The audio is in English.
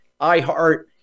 iHeart